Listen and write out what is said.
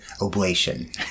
oblation